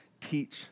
teach